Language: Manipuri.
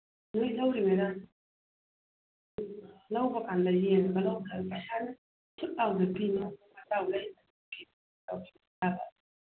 ꯅꯣꯏ ꯂꯧꯔꯤꯉꯩꯗ ꯂꯧꯕꯀꯥꯟꯗ ꯌꯦꯡꯉꯒ ꯂꯧꯗ꯭ꯔꯥ ꯄꯩꯁꯥꯅ ꯊꯨꯠ ꯂꯥꯎꯅ ꯄꯤ